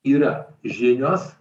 yra žinios